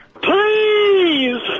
Please